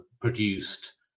produced